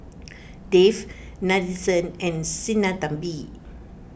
Dev Nadesan and Sinnathamby